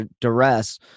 duress